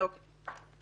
אוקי.